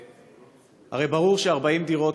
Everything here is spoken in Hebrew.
הרי ברור ש-40 דירות,